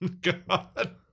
God